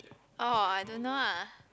oh I don't know lah